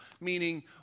Meaning